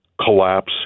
collapse